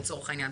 לצורך העניין.